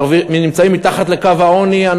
נמצאים מתחת לקו העוני.